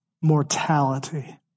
mortality